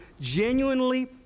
genuinely